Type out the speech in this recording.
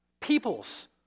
peoples